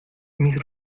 mis